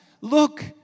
look